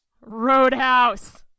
Roadhouse